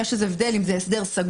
האם יש הבדל אם זה הסדר סגור,